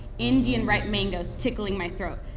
indian ripe mangoes tickling my throat.